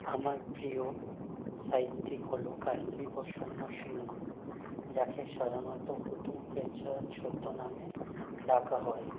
আমার প্রিয় সাহিত্যিক হল কালীপ্রসন্ন সিংহ যাকে সাধারণত হুতুম প্যাঁচা ছদ্মনামে ডাকা হয়